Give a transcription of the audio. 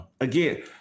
Again